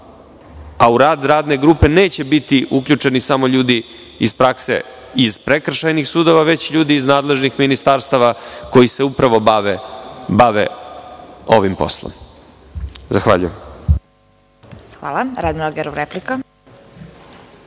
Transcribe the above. a u rad radne grupe neće biti uključeni samo ljudi iz prakse i iz prekršajnih sudova, već ljudi iz nadležnih ministarstava, koji se upravo bave ovim poslom. Zahvaljujem. **Vesna Kovač** Reč ima